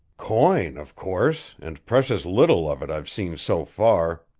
coin, of course and precious little of it i've seen so far,